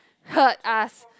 heard us